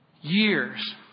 Years